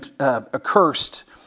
accursed